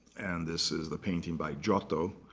and this is the painting by giotto.